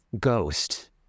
Ghost